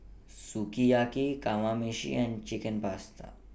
Sukiyaki Kamameshi and Chicken Pasta